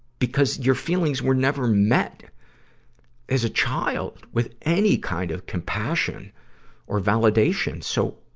because your feelings were never met as a child with any kind of compassion or validation. so,